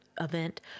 event